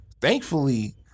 Thankfully